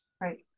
Right